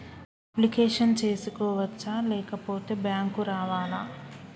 Application చేసుకోవచ్చా లేకపోతే bank రావాలా?